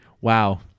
wow